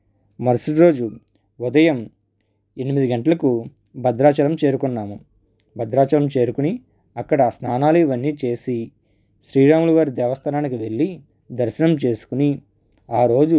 మరసటి రోజు ఉదయం ఎనిమిది గంటలకు భద్రాచలం చేరుకున్నాము భద్రాచలం చేరుకోని అక్కడ స్నానాలు ఇవన్నీ చేసి శ్రీరాముల వారి దేవస్థానానికి వెళ్ళి దర్శనం చేసుకోని ఆ రోజు